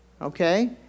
Okay